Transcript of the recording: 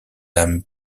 âmes